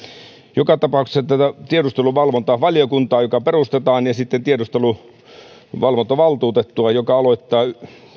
joka tapauksessa tarvitaan tätä tiedusteluvalvontavaliokuntaa joka perustetaan ja tiedusteluvalvontavaltuutettua joka aloittaa työnsä